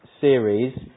series